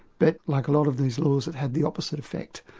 but like a lot of these laws, it had the opposite effect.